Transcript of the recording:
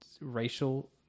racial